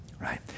right